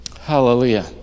Hallelujah